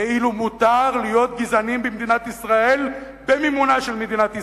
כאילו מותר להיות גזעני במדינת ישראל במימונה של מדינת ישראל,